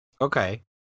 Okay